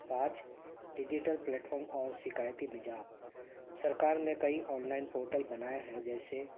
پانچ digital platform اور شکایتی نظام سرکار نے کئی آنلائن پورٹل بنائے ہے جیسے